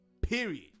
period